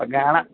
അപ്പം കാണാം